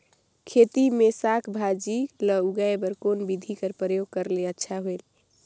खेती मे साक भाजी ल उगाय बर कोन बिधी कर प्रयोग करले अच्छा होयल?